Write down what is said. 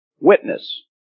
Witness